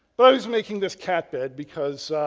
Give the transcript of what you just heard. but, i was making this cat bed, because